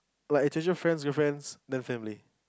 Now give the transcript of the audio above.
like friends girlfriends then family